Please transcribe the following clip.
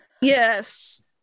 Yes